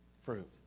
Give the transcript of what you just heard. fruit